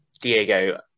Diego